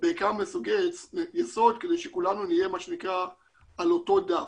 בעיקר במושגי יסוד כדי שכולנו נהיה על אותו דף.